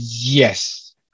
Yes